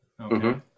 Okay